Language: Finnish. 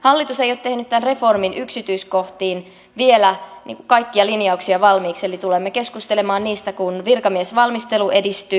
hallitus ei ole tehnyt tämän reformin yksityiskohtiin vielä kaikkia linjauksia valmiiksi eli tulemme keskustelemaan niistä kun virkamiesvalmistelu edistyy